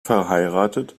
verheiratet